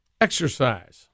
exercise